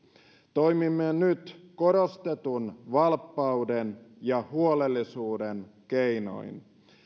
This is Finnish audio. toimimme nyt korostetun valppauden ja huolellisuuden keinoin